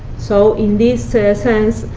so in this sense,